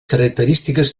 característiques